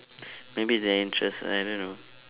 maybe their interest I don't know